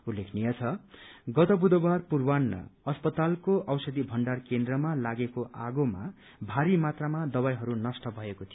उल्लेखनीय छ गत बुधबार पूर्वान्ह अस्पतालको औषधी भण्डार केन्द्रमा लागेको आगोमा भरी मात्रामा दवाईहरू नष्ट भएको थियो